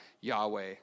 yahweh